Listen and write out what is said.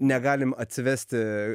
negalim atsivesti